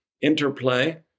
interplay